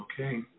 Okay